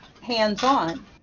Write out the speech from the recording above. hands-on